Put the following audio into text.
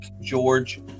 George